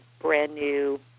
brand-new